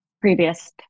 previous